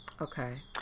Okay